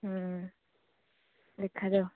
ହୁଁ ଦେଖାଯାଉ